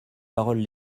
paroles